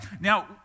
Now